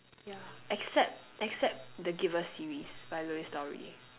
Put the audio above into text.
yeah except except the Giver series by Louise-Dowry